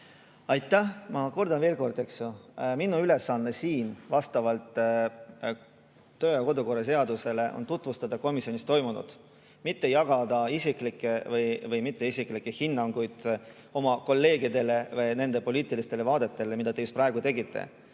Aitäh! Ma kordan veel kord. Minu ülesanne vastavalt kodu- ja töökorra seadusele on tutvustada komisjonis toimunut, mitte jagada isiklikke või mitteisiklikke hinnanguid oma kolleegidele, nende poliitilistele vaadetele, nagu te praegu tegite.